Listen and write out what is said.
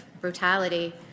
brutality